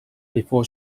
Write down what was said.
before